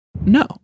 No